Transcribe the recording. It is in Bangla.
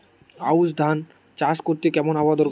আউশ ধান চাষ করতে কেমন আবহাওয়া দরকার?